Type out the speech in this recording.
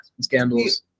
scandals